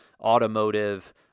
automotive